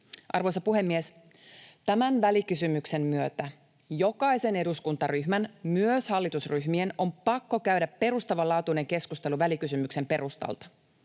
Arvoisa puhemies! Tämän välikysymyksen myötä jokaisen eduskuntaryhmän, myös hallitusryhmien, on pakko käydä perustavanlaatuinen keskustelu välikysymyksen perustalta.